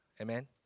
Amen